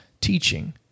teaching